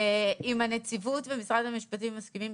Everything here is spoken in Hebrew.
אם הנציבות ומשרד המשפטים מסכימים,